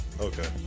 Okay